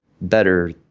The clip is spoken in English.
better